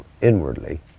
inwardly